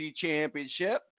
championship